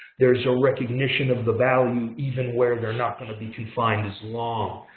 there is a recognition of the value even where they're not going to be confined as long.